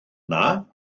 yna